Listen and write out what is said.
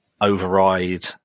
override